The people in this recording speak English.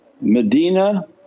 Medina